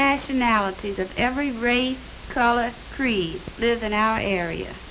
nationalities of every race color creed live in our area